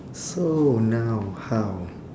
so now how